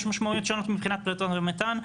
יש משמעויות שונות מבחינת פליטות מתאן.